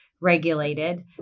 regulated